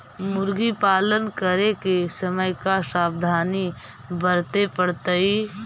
मुर्गी पालन करे के समय का सावधानी वर्तें पड़तई?